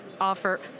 offer—